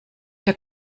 der